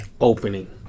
opening